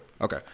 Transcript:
Okay